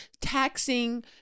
taxing